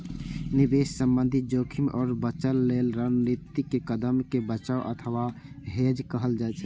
निवेश संबंधी जोखिम सं बचय लेल रणनीतिक कदम कें बचाव अथवा हेज कहल जाइ छै